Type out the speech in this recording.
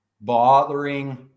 bothering